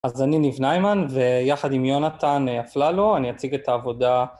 אז אני ניב ניימן, ויחד עם יונתן אפללו, אני אציג את העבודה